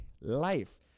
life